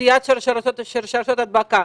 קטיעת שרשראות הדבקה.